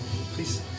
Please